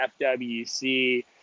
FWC